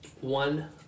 one